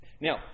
Now